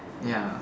ya